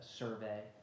survey